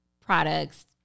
products